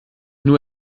nur